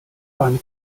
beim